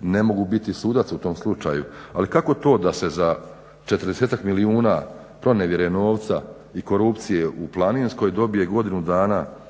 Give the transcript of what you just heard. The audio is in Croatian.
ne mogu biti sudac u tom slučaju, ali kako to da se za 40-tak milijuna pronevjere novca i korupcije u Planinskoj dobije godinu dana